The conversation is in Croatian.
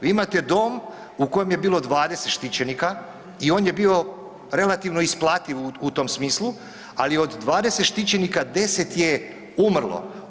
Vi imate dom u kojem je bilo 20 štićenika i on je bio relativno isplativ u tom smislu, ali od 20 štićenika 10 je umrlo.